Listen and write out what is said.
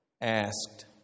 asked